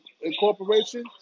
incorporation